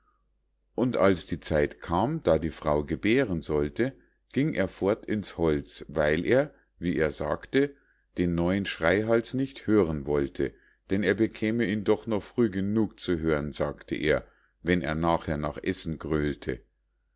und als die zeit kam da die frau gebären sollte ging er fort ins holz weil er wie er sagte den neuen schreihals nicht hören wollte denn er bekäme ihn doch noch früh genug zu hören sagte er wenn er nachher nach essen grölte